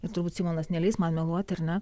ir turbūt simonas neleis man meluot ar ne